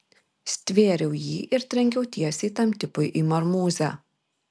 stvėriau jį ir trenkiau tiesiai tam tipui į marmūzę